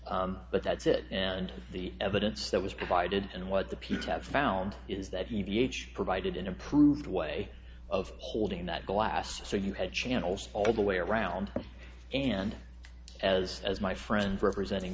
s but that's it and the evidence that was provided and what the p t have found is that he b h provided an improved way of holding that glass so you had channels all the way around and as as my friend representing